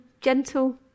gentle